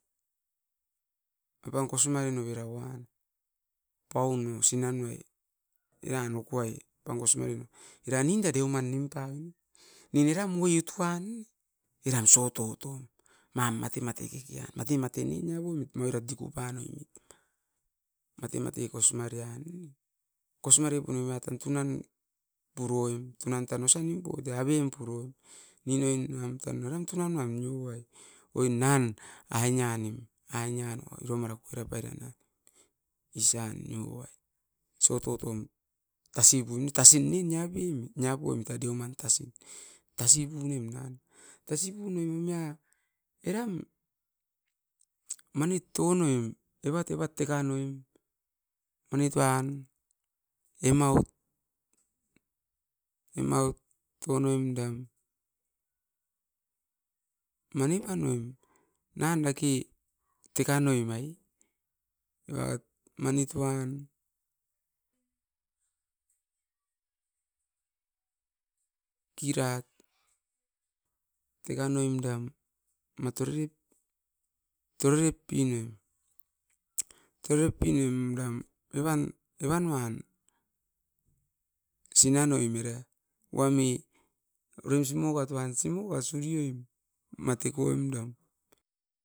Apan kosimare novera van, paun o sinan nua eran okoai paun kos mare noven era ninda deuman nim pavoi. Nin eram way utuan ne eram sototom mate mate kekean. Mate matei kosmarean kosmare punovera sunan puroim, um tan osa nim poit ne, tuna nuan nioven oin nan nianim ainian o kokoi raparan. Isian nioai siototom tasin ne nia poimit. Tasi punoim omia. Eram manit tonoim, evat evat tekanoim manit van emaut. Emaut tonoim dam manipanoim, nan dake tekanoim, manitoan kikirat teka noim da ma torerep pinoim. Evanuan sinanoim, simokat ma tekoim dam surioim.